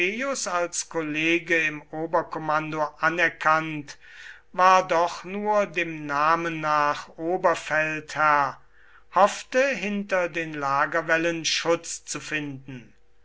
als kollege im oberkommando anerkannt war doch nur dem namen nach oberfeldherr hoffte hinter den lagerwällen schutz zu finden